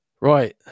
right